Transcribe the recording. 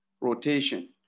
rotation